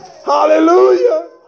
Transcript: Hallelujah